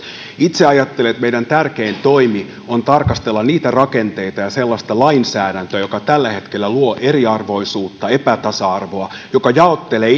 itse ajattelen että meidän tärkein toimi on tarkastella niitä rakenteita ja sellaista lainsäädäntöä jotka tällä hetkellä luovat eriarvoisuutta epätasa arvoa jotka jaottelevat